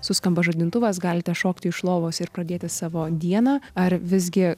suskamba žadintuvas galite šokti iš lovos ir pradėti savo dieną ar visgi